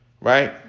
Right